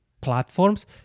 platforms